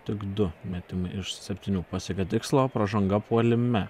tik du metimai iš septynių pasiekė tikslą pražanga puolime